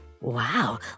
Wow